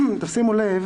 שימו לב